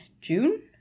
June